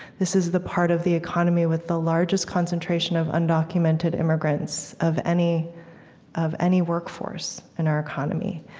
this is the part of the economy with the largest concentration of undocumented immigrants of any of any workforce in our economy.